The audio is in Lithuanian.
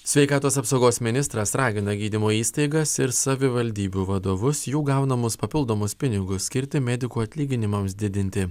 sveikatos apsaugos ministras ragina gydymo įstaigas ir savivaldybių vadovus jų gaunamus papildomus pinigus skirti medikų atlyginimams didinti